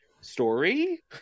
story